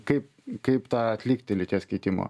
kaip kaip tą atlikti lyties keitimo